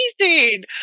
amazing